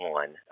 one